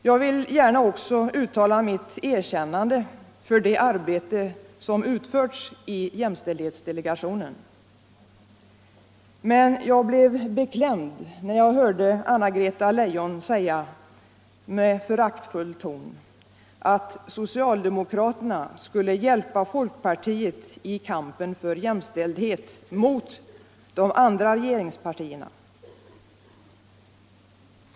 Jag vill också gärna uttala mitt erkännande för det arbete som utförts i jämställdhetsdelegationen. Men jag blev beklämd när jag hörde Anna-Greta Leijon säga - i föraktfull ton — att socialdemokraterna skulle hjälpa folkpartiet i kampen för jämställdhet mot de andra regeringspartierna.